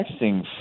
texting